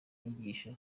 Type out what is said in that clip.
nyigisho